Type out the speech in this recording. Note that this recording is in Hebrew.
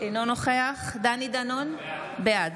אינו נוכח דני דנון, בעד